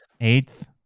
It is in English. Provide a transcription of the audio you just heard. eighth